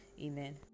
Amen